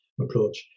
approach